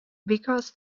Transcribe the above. because